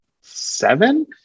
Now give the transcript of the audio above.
seven